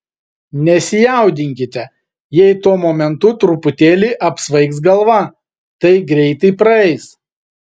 nesijaudinkite jei tuo momentu truputėlį apsvaigs galva tai greitai praeis